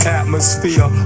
atmosphere